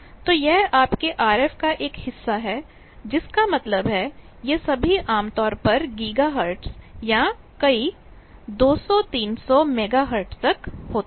तो यह आपके RF का एक हिस्सा है जिसका मतलब है ये सभी आम तौर पर गिगाहर्ट्ज़ या कई मेगाहर्ट्ज़ तक होते हैं